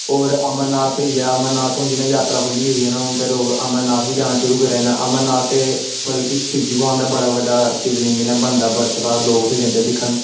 होर अमरनाथ होइया हून अमरनाथ जियां जात्तरा खुल्ली गेदी ऐ ते लोग अमरनाथ बी जात्तरा शुरू गेदे न ते मतलब की शिवजी भगवान दा बड़ा बड्डा शिवल्ंग बर्फ कन्नै बनदा ते लोग ते जंदे दिक्खन